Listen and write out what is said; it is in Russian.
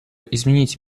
изменить